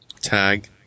tag